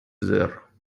there